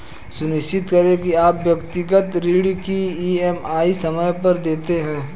सुनिश्चित करें की आप व्यक्तिगत ऋण की ई.एम.आई समय पर देते हैं